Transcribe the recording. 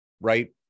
right